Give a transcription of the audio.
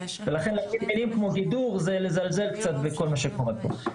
ולכן להפעיל כלים כמו גידור זה קצת לזלזל בכל מה שקורה פה.